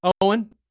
Owen